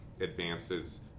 advances